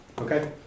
Okay